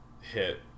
hit